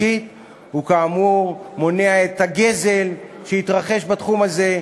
1. הוא כאמור מונע את הגזל שהתרחש בתחום הזה,